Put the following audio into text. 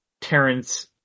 Terrence